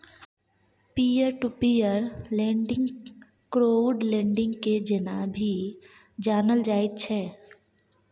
peer to peer lending crowd lending के जेना भी जानल जाइत छै